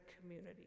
community